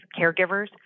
caregivers